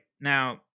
now